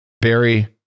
Barry